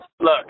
look